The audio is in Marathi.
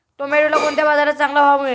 टोमॅटोला कोणत्या बाजारात चांगला भाव मिळेल?